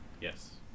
Yes